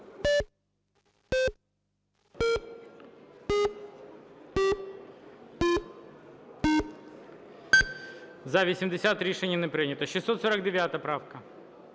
За-80 Рішення не прийнято. 649 правка.